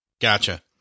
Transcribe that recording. Gotcha